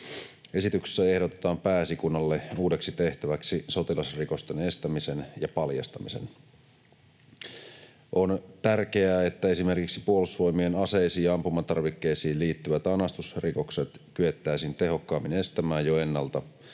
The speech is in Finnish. Esityksessä ehdotetaan Pääesikunnalle uudeksi tehtäväksi sotilasrikosten estäminen ja paljastaminen. On tärkeää, että esimerkiksi Puolustusvoimien aseisiin ja ampumatarvikkeisiin liittyvät anastusrikokset kyettäisiin tehokkaammin estämään jo ennalta,